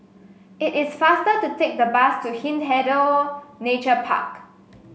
it is faster to take the bus to Hindhede Nature Park